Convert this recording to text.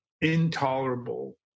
intolerable